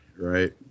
Right